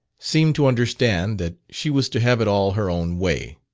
seemed to understand that she was to have it all her own way.